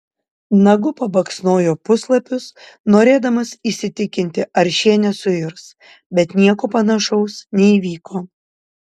nagu pabaksnojo puslapius norėdamas įsitikinti ar šie nesuirs bet nieko panašaus neįvyko